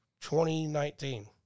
2019